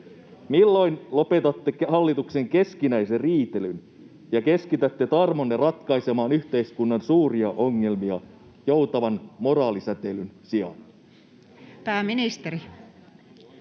milloin lopetatte hallituksen keskinäisen riitelyyn ja keskitätte tarmonne ratkaisemaan yhteiskunnan suuria ongelmia joutavan moraalisäteilyn sijaan? [Välihuutoja